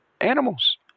animals